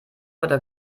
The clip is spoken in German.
oder